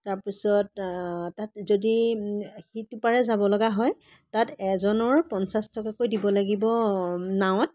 তাৰ পিছত তাত যদি সিটো পাৰে যাবলগা হয় তাত এজনৰ পঞ্চাছ টকাকৈ দিব লাগিব নাৱত